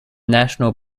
national